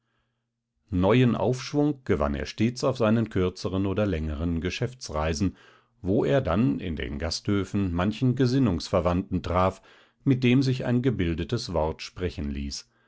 neuen aufschwung gewann er stets auf seinen kürzeren oder längeren geschäftsreisen wo er dann in den gasthöfen manchen gesinnungsverwandten traf mit dem sich ein gebildetes wort sprechen ließ